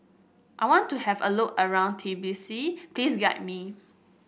I want to have a look around Tbilisi Please guide me